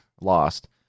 Lost